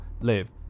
live